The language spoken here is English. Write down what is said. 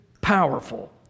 powerful